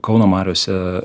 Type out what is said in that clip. kauno mariose